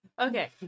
Okay